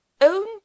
own